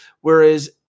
whereas